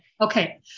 okay